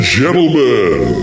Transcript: gentlemen